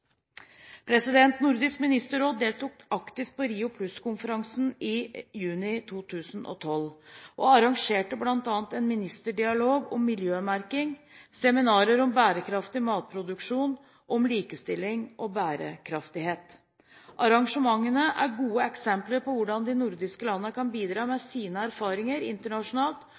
Nordisk ministerråd deltok aktivt på Rio+20-konferansen i juni 2012 og arrangerte bl.a. en ministerdialog om miljømerking, seminarer om bærekraftig matproduksjon og om likestilling og bærekraftighet. Arrangementene er gode eksempler på hvordan de nordiske landene kan bidra med sine erfaringer internasjonalt